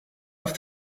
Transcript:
auf